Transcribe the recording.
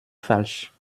falsch